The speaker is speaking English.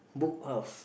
Book House